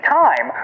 time